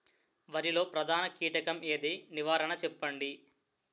వరిలో ప్రధాన కీటకం ఏది? నివారణ చెప్పండి?